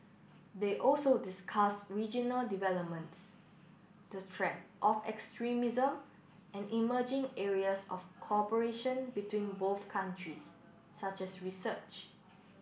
they also discuss regional developments the chat of extremism and emerging areas of cooperation between both countries such as research